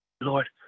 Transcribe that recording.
lord